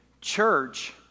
Church